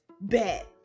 bet